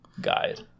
guide